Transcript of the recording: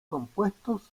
compuestos